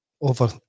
over